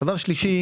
שלישית,